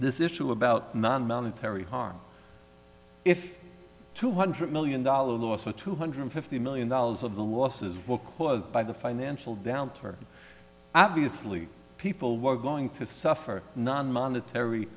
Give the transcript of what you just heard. this issue about non monetary harm if two hundred million dollar loss or two hundred fifty million dollars of the waltzes were caused by the financial downturn obviously people were going to suffer non monetary